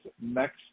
next